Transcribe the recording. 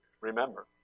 Remember